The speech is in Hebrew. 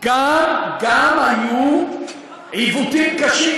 היו גם עיוותים קשים,